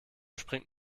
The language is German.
springt